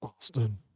Austin